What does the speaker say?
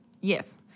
Yes